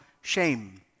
shame